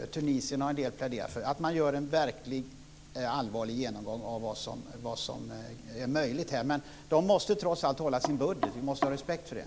Tunisien har en del pläderat för. Man bör göra en verkligt allvarlig genomgång av vad som är möjligt. Men de måste trots allt hålla sin budget. Vi måste ha respekt för det.